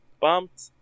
bumped